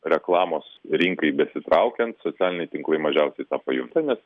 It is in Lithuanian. reklamos rinkai besitraukiant socialiniai tinklai mažiausiai tą pajunta nes